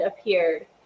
appeared